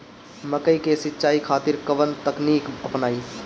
मकई के सिंचाई खातिर कवन तकनीक अपनाई?